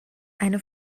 eine